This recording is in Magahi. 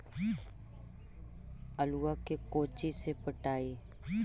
आलुआ के कोचि से पटाइए?